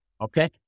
Okay